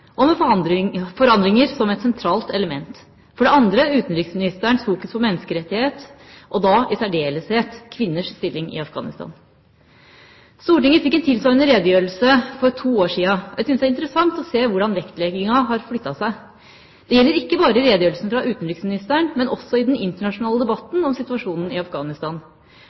og med forhandlinger som et sentralt element, og for det andre utenriksministerens fokus på menneskerettigheter, og da i særdeleshet kvinners stilling i Afghanistan. Stortinget fikk en tilsvarende redegjørelse for to år siden, og jeg synes det er interessant å se hvordan vektlegginga har flyttet seg. Det gjelder ikke bare i redegjørelsen fra utenriksministeren, men også i den internasjonale debatten om situasjonen i Afghanistan.